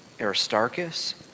Aristarchus